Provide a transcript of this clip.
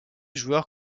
joueurs